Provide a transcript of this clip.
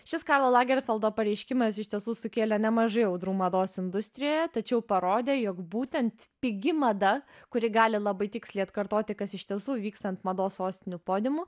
šis karlo lagerfeldo pareiškimas iš tiesų sukėlė nemažai audrų mados industrijoje tačiau parodė jog būtent pigi mada kuri gali labai tiksliai atkartoti kas iš tiesų vyksta ant mados sostinių podiumų